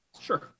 Sure